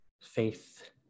faith